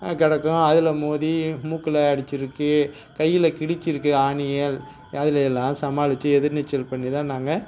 கிடக்கும் அதில் மோதி மூக்கில் அடிச்சிருக்குது கையில் கிழிச்சிருக்குது ஆணிகள் அதிலேலாம் சமாளிச்சு எதிர்நீச்சல் பண்ணி தான் நாங்கள்